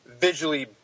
visually